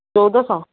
ଚଉଦଶହ